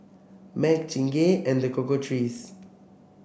Mac Chingay and The Cocoa Trees